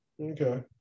Okay